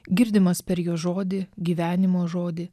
girdimas per jo žodį gyvenimo žodį